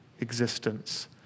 existence